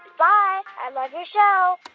bye. i love your show